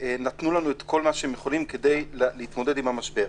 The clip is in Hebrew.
ונתנו לנו את כל מה שהם יכולים כדי להתמודד עם המשבר.